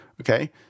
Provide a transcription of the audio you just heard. okay